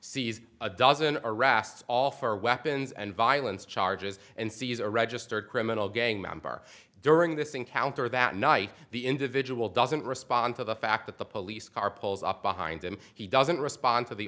sees a dozen arrests all for weapons and violence charges and sees a registered criminal gang member during this encounter that night the individual doesn't respond to the fact that the police car pulls up behind him he doesn't respond to the